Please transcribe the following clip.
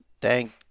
Thank